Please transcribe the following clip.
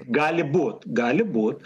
gali būt gali būt